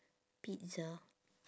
pizza